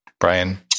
Brian